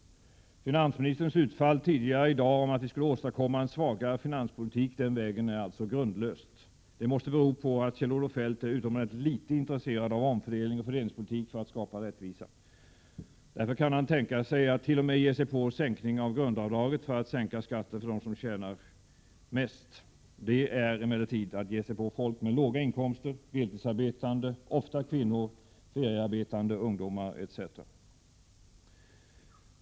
Finansministerns utfall tidigare i dag om att vi skulle åstadkomma en svagare finanspolitik den vägen är grundlöst. Det måste bero på att Kjell-Olof Feldt är utomordentligt litet intresserad av omfördelning och fördelningspolitik för att skapa rättvisa. Därför kan han tänka sig att t.o.m. ge sig på sänkning av grundavdraget för att sänka skatten för dem som tjänar mest. Det är emellertid att ge sig på folk med låga inkomster, deltidsarbetande, ofta kvinnor, feriearbetande ungdomar etc.